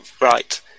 right